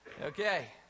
Okay